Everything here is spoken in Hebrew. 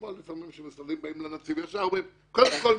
כמו שלפעמים משרדים באים לנציב וישר אומרים: קודם כול,